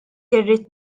irrid